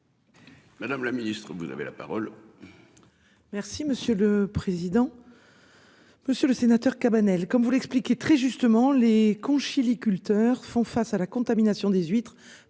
Madame la ministre vous avez la parole.